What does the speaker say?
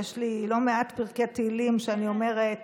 יש לי לא מעט פרקי תהילים שאני אומרת